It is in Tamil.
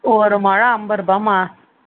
ஒரு முழம் ஐம்பருபா மா